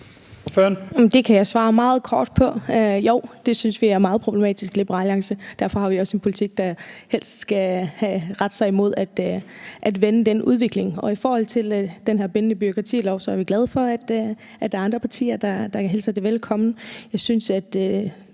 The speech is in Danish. Det kan jeg svare meget kort på. Jo, det synes vi er meget problematisk i Liberal Alliance. Derfor har vi også en politik, der helst skal rette sig imod at vende den udvikling. I forhold til den her bindende bureaukratilov er vi glade for, at der er andre partier, der hilser det velkommen. Jeg synes, at